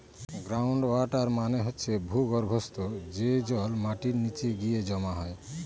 ground water মানে হচ্ছে ভূর্গভস্ত, যে জল মাটির নিচে গিয়ে জমা হয়